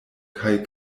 kaj